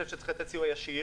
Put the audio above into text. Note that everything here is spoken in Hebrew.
הנוסח יהיה: